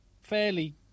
fairly